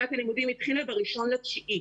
שנת הלימודים התחילה ב-1 בספטמבר.